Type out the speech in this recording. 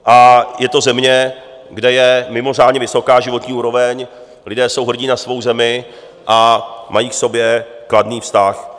A je to země, kde je mimořádně vysoká životní úroveň, lidé jsou hrdí na svou zemi a mají k sobě kladný vztah.